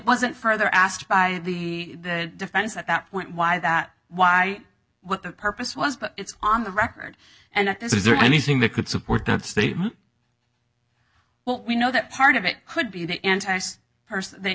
wasn't further asked by the defense at that point why that why what the purpose was but it's on the record and this is there anything that could support that statement well we know that part of it could be the